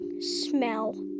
smell